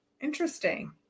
Interesting